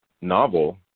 novel